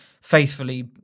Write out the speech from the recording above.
faithfully